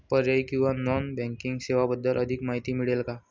पर्यायी किंवा non banking सेवांबद्दल अधिक माहिती मिळेल का?